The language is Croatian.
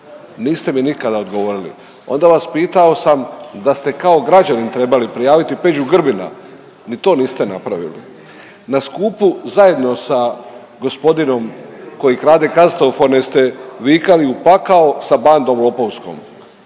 niste mi nikada odgovorili. Onda vas pitao sam da ste kao građanin trebali prijaviti Peđu Grbina ni to niste napravili. Na skupu zajedno sa g. koji krade kasetofone ste vikali u pakao sa bandom lopovskom,